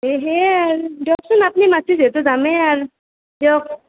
সেয়ে দিয়কচোন আপুনি মাতিছে যিহেতো যামে আৰ দিয়ক